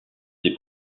ses